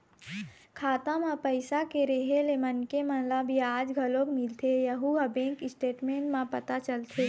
खाता म पइसा के रेहे ले मनखे मन ल बियाज घलोक मिलथे यहूँ ह बैंक स्टेटमेंट म पता चलथे